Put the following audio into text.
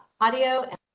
audio